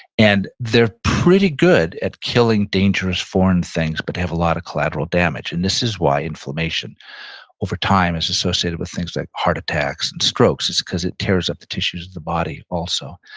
and they're pretty good at killing dangerous foreign things but they have a lot of collateral damage, and this is why inflammation over time is associated with things like heart attacks and strokes, is because it tears up the tissues of the body also.